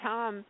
Tom